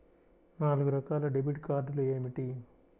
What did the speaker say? నాలుగు రకాల డెబిట్ కార్డులు ఏమిటి?